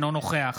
אינו נוכח